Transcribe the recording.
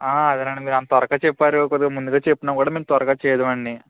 అదేనండి మీరు అంత త్వరగా చెప్పారు కొద్దిగా ముందుగా చెప్పినా కూడా మేము త్వరగా చేయుదము అండి